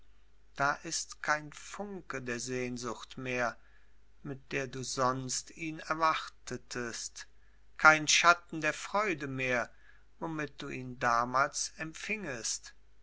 da ist kein funke der sehnsucht mehr mit der du sonst ihn erwartetest kein schatten der freude mehr womit du ihn damals empfingest